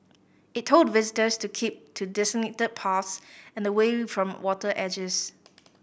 it told visitors to keep to designated paths and away from water edges